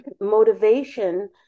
Motivation